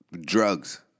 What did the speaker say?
drugs